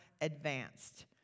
advanced